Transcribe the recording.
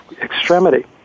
extremity